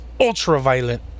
ultraviolet